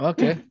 Okay